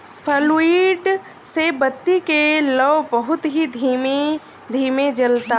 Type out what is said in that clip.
fluid से बत्ती के लौं बहुत ही धीमे धीमे जलता